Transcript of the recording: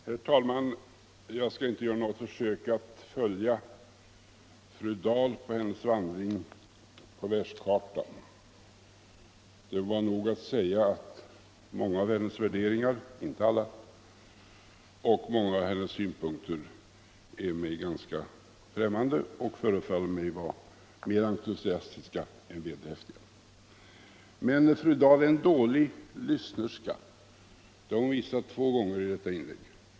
Herr talman! Jag skall inte göra något försök att följa fru Dahl i hennes vandring på världskartan. Det räcker med att jag säger att många av hennes värderingar — inte alla — och många av hennes synpunkter är mig ganska främmande och förefaller mig vara mer entusiastiska än vederhäftiga. Fru Dahl är emellertid en dålig lyssnerska. Det har hon visat två gånger i detta inlägg.